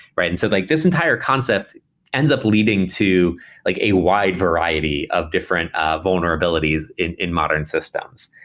right? and so like this entire concept ends up leading to like a wide variety of different ah vulnerabilities in in modern systems.